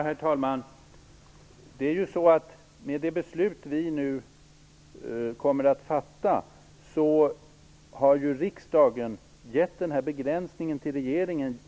Herr talman! Med det beslut vi nu kommer att fatta anger riksdagen en begränsning för regeringen.